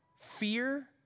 Fear